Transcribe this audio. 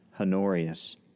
Honorius